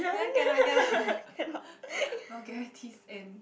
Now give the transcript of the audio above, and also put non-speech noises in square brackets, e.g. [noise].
this one cannot cannot [laughs] vulgarities and